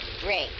Great